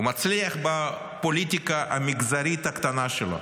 הוא מצליח בפוליטיקה המגזרית הקטנה שלו.